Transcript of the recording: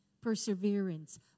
perseverance